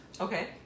Okay